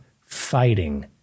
fighting